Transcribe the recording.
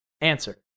answer